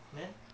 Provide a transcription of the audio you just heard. and then